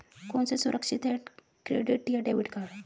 कौन सा सुरक्षित है क्रेडिट या डेबिट कार्ड?